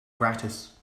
gratis